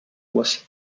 was